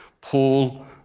Paul